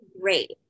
great